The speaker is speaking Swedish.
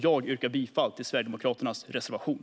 Jag yrkar bifall till Sverigedemokraternas reservation.